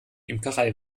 imkerei